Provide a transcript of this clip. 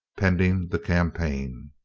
pending the campaign.